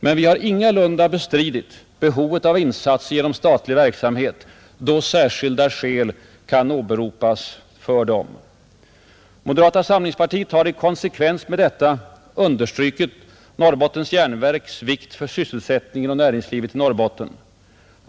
Men vi har ingalunda bestridit behovet av insatser genom statlig verksamhet, då särskilda skäl kan åberopas för dem. Moderata samlingspartiet har i konsekvens med detta understrukit Norrbottens Järnverks vikt för sysselsättningen och näringslivet i Norrbotten.